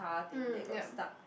mm yup